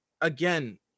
again